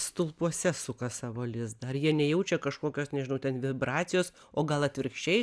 stulpuose suka savo lizdą ar jie nejaučia kažkokios nežinau ten vibracijos o gal atvirkščiai